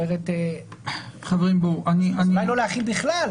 אז אולי לא להחיל בכלל,